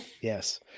Yes